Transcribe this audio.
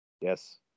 Yes